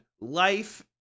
life